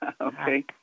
Okay